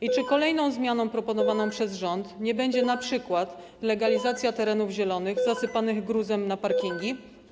I czy kolejną zmianą proponowaną przez rząd nie będzie np. przeznaczanie terenów zielonych zasypanych gruzem na parkingi?